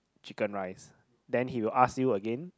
chicken rice then he will ask you again